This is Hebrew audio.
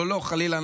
לא, לא, חלילה.